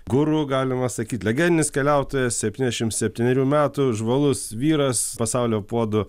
guru galima sakyti legendinis keliautojas septyniasdešimt septynerių metų žvalus vyras pasaulio puodų